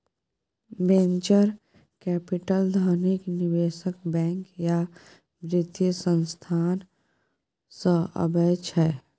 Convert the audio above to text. venture capital धनिक निबेशक, bank या बित्तीय संस्थान सँ अबै छै